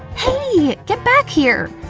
hey! get back here!